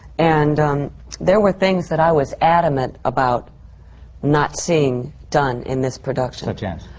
and there were things that i was adamant about not seeing done in this production. such as?